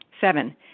Seven